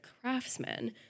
craftsman